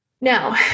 Now